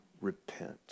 repent